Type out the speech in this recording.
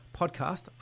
podcast